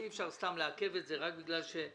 אי אפשר סתם לעכב את זה רק בגלל הפרוצדורה